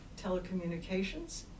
telecommunications